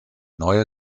neue